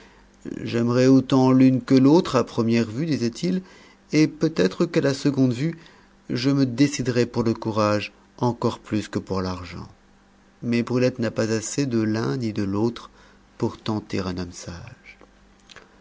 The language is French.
j'aimerais autant l'une que l'autre à première vue disait-il et peut-être qu'à la seconde vue je me déciderais pour le courage encore plus que pour l'argent mais brulette n'a pas assez de l'un ni de l'autre pour tenter un homme sage